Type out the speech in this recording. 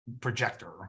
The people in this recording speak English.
projector